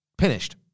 finished